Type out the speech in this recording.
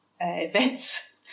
events